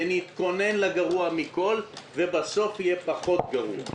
ונתכונן לגרוע מכול - ובסוף יהיה פחות גרוע.